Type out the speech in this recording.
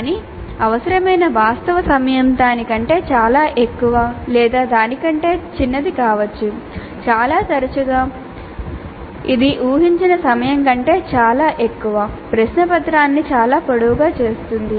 కానీ అవసరమైన వాస్తవ సమయం దాని కంటే చాలా ఎక్కువ లేదా దాని కంటే చిన్నది కావచ్చు చాలా తరచుగా ఇది ఊహించిన సమయం కంటే చాలా ఎక్కువ ప్రశ్నపత్రాన్ని చాలా పొడవుగా చేస్తుంది